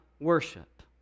worship